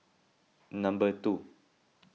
number two